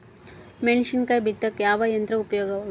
ಮೆಣಸಿನಕಾಯಿ ಬಿತ್ತಾಕ ಯಾವ ಯಂತ್ರ ಉಪಯೋಗವಾಗುತ್ತೆ?